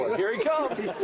here he comes!